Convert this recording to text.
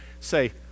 say